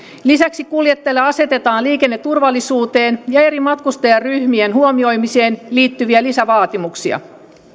lisäksi kuljettajalle asetetaan liikenneturvallisuuteen ja eri matkustajaryhmien huomioimiseen liittyviä lisävaatimuksia